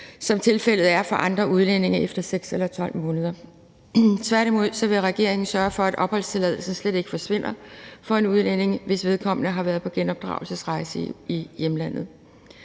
er tilfældet for andre udlændinge efter 6 eller 12 måneder. Tværtimod vil regeringen sørge for, at opholdstilladelsen slet ikke forsvinder for en udlænding, hvis vedkommende har været på genopdragelsesrejse i hjemlandet.